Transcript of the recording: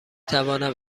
توانم